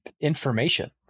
information